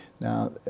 Now